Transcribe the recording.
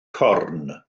corn